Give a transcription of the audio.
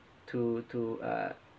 to to uh